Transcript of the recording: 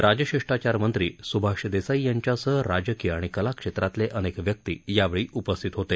राजशिष्टाचारमंत्री सुभाष देसाई यांच्यासह राजकीय आणि कलाक्षेत्रातले अनेक व्यक्ती यावेळी उपस्थित होते